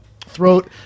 throat